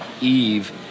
Eve